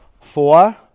Four